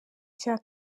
cya